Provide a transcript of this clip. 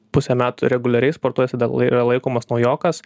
pusę metų reguliariai sportuoja jis dar yra laikomas naujokas